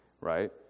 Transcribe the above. right